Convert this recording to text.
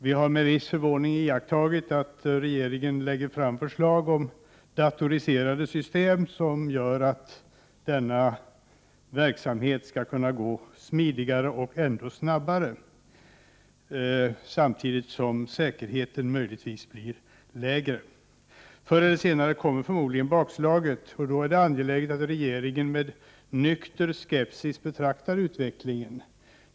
Vi har med viss förvåning iakttagit att regeringen lägger fram förslag om datoriserade system, som gör att denna verksamhet skall kunna gå smidigare och ännu snabbare, samtidigt som säkerheten möjligtvis blir lägre. Förr eller senare kommer förmodligen bakslaget. Det är därför angeläget att regeringen med nykter skepsis betraktar utvecklingen.